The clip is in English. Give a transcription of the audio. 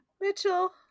Mitchell